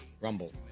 rumble